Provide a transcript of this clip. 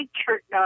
church